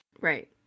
right